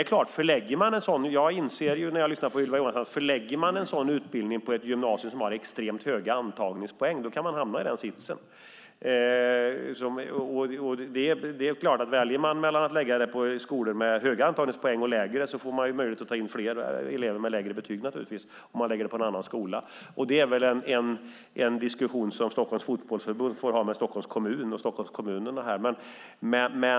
När jag lyssnar på Ylva Johansson inser jag att om man förlägger en sådan utbildning på ett gymnasium som har extremt höga antagningspoäng kan man hamna i den situation som hon beskriver. Om man lägger den på en skola med lägre antagningspoäng har man naturligtvis möjlighet att ta in fler elever med lägre betyg. Det är väl en diskussion som Stockholms Fotbollförbund får ta med Stockholms kommun och Stockholmskommunerna.